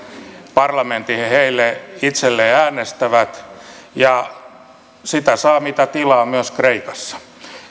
parlamentin he itselleen äänestävät ja sitä saa mitä tilaa myös kreikassa